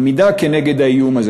עמידה כנגד האיום הזה.